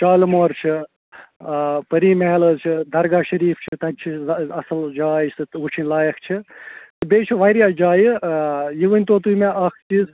شالہٕ مور چھِ پٔری محل حظ چھِ درگاہ شریٖف چھِ تتہِ چھِ اَصٕل جاے سُہ تہِ وُچھِنۍ لایِق چھِ بیٚیہِ چھِ واریاہ جایہِ یہِ ؤنۍ تَو تُہۍ مےٚ اَکھ چیٖز